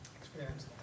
experience